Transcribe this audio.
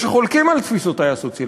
מי שחולקים על תפיסותי על הסוציאליסטיות,